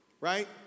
right